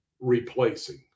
replacing